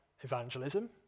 evangelism